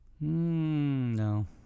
No